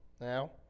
Now